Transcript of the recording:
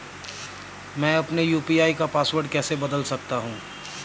मैं अपने यू.पी.आई का पासवर्ड कैसे बदल सकता हूँ?